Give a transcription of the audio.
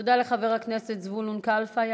תודה לחבר הכנסת זבולון כלפה.